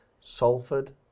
Salford